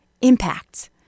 impacts